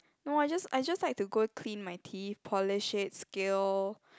no I just I just like to go clean my teeth polish it scale